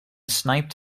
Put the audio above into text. sniped